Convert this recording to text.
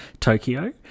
Tokyo